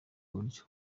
buryo